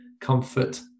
comfort